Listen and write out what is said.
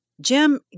Jim